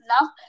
love